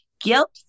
guilt